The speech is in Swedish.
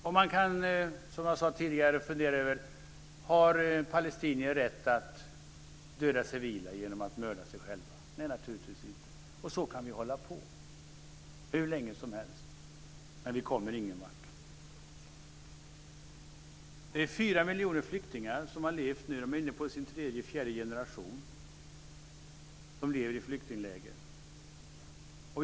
Och man kan, som jag sade tidigare, fundera över om palestinier har rätt att döda civila genom att mörda sig själva. Nej, naturligtvis inte. Och så kan vi hålla på hur länge som helst, men vi kommer ingen vart. Det är 4 miljoner flyktingar - de är inne på sin tredje fjärde generation - som lever i flyktingläger.